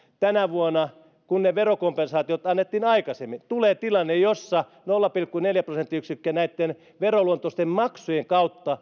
tänä vuonna kun ne verokompensaatiot annettiin aikaisemmin tulee tilanne jossa kustannukset nousevat nolla pilkku neljä prosenttiyksikköä näitten veroluontoisten maksujen kautta